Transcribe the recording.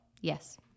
Yes